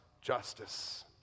justice